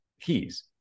keys